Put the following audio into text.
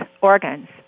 organs